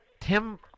Tim